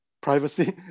privacy